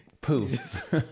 Poof